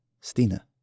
Stina